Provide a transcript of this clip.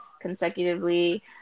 consecutively